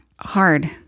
hard